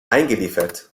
eingeliefert